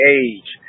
age